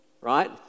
right